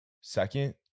second